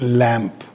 lamp